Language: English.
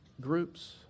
groups